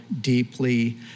deeply